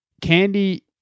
Candy